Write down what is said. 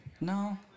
No